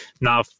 Now